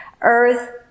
Earth